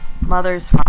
mothers